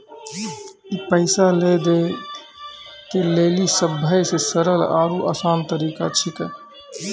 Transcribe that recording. ई पैसा लै दै के लेली सभ्भे से सरल आरु असान तरिका छै